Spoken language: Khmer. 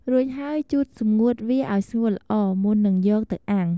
រួចហើយជូតសម្ងួតវាឱ្យស្ងួតល្អ មុននឹងយកវាទៅអាំង។